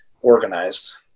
organized